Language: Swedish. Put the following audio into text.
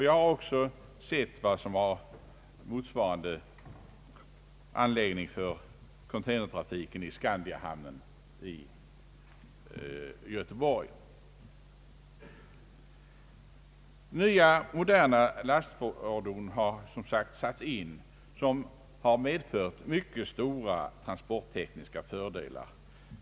Jag har studerat motsvarande anläggning för containertrafiken i Skandiahamnen i Göteborg. Nya moderna lastfordon har som sagt satts in vilka medfört mycket stora transporttekniska fördelar.